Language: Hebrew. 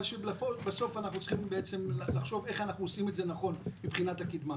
אבל בסוף אנחנו צריכים לחשוב איך אנחנו עושים את זה נכון מבחינת הקדמה.